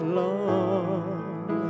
long